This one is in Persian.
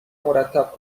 مرتب